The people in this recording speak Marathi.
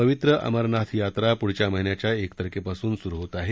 पवित्र अमरनाथ यात्रा पुढल्या महिन्याच्या एक तारखेपासून सुरू होत आहे